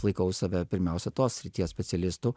laikau save pirmiausia tos srities specialistu